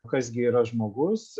kas gi yra žmogus